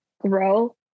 grow